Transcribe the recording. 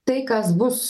tai kas bus